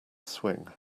swing